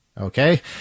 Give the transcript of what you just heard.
Okay